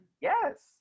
Yes